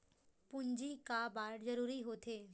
पूंजी का बार जरूरी हो थे?